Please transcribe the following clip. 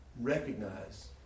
recognize